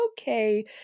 okay